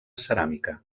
ceràmica